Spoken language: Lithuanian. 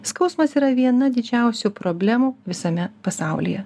skausmas yra viena didžiausių problemų visame pasaulyje